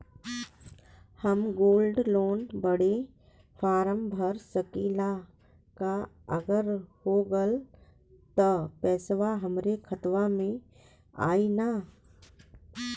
हम gold loan बड़े form भर सकी ला का अगर हो गैल त पेसवा हमरे खतवा में आई ना?